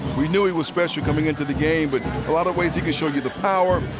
we knew he was special coming into the game. but a lot of ways he can show you the power,